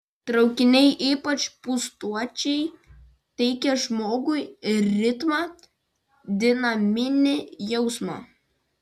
traukiniai ypač pustuščiai teikia žmogui ritmą dinaminį jausmą